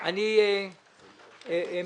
הממשלה (פטורין) (פטור מארנונה למכללה טכנולוגית מוכרת),